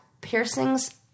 Piercings